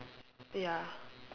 ya